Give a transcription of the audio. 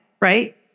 right